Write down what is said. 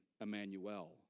Emmanuel